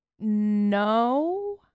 No